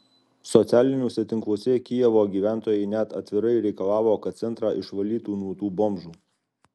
socialiniuose tinkluose kijevo gyventojai net atvirai reikalavo kad centrą išvalytų nuo tų bomžų